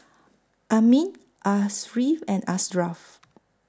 Amrin Ariff and Ashraf